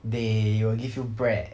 they will give you bread